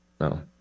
no